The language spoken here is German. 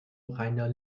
reiner